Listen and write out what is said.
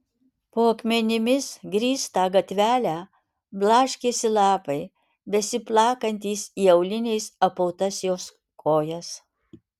po akmenimis grįstą gatvelę blaškėsi lapai besiplakantys į auliniais apautas jos kojas